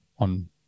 on